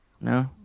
No